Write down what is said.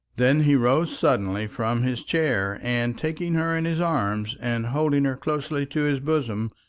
then he rose suddenly from his chair, and taking her in his arms, and holding her closely to his bosom,